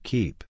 Keep